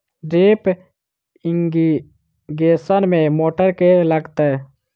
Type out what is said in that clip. Drip irrigation मे motor केँ लागतै?